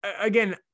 again